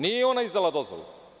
Nije ona izdala dozvolu.